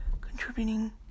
contributing